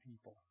people